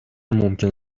ممکن